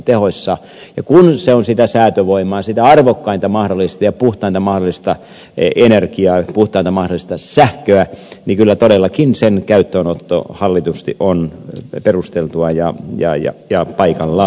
ja kun se on sitä säätövoimaa sitä arvokkainta ja puhtaina maalista ei ole merkkiä puhtainta mahdollista sähköä niin kyllä todellakin sen käyttöönotto hallitusti on perusteltua ja paikallaan